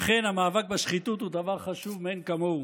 אכן המאבק בשחיתות הוא דבר חשוב מאין כמוהו.